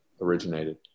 originated